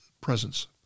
presence